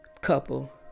couple